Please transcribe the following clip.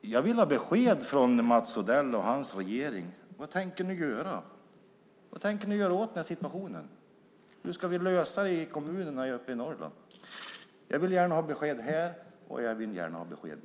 Jag vill ha besked från Mats Odell och hans regering. Vad tänker ni göra åt den här situationen? Hur ska vi lösa det i kommunerna uppe i Norrland? Jag vill gärna ha besked här, och jag vill gärna ha besked nu.